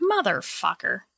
Motherfucker